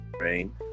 Rain